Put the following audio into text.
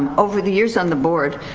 and over the years on the board,